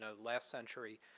ah last century.